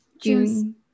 June